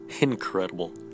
incredible